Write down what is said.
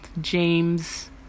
James